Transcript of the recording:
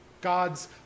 God's